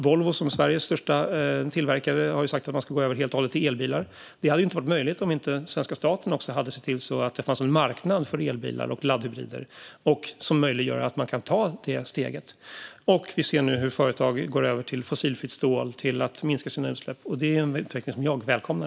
Volvo, som är Sveriges största biltillverkare, har ju sagt att man helt och hållet ska gå över till elbilar. Det hade inte varit möjligt om inte svenska staten också hade sett till att det fanns en marknad för elbilar och laddhybrider som möjliggör att man kan ta det steget. Vi ser nu hur företag går över till fossilfritt stål och minskar sina utsläpp. Det är en utveckling som jag välkomnar.